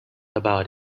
about